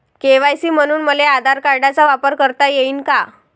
KYC म्हनून मले आधार कार्डाचा वापर करता येईन का?